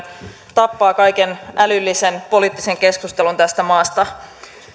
tappaa kaiken älyllisen poliittisen keskustelun tästä maasta